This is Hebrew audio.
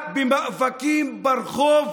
רק במאבקים ברחוב.